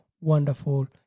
wonderful